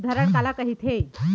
धरण काला कहिथे?